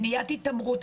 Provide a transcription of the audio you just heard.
מניעת התעמרות,